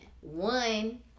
One